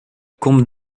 combe